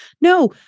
No